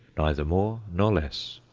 neither more nor less.